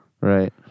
Right